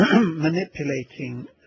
manipulating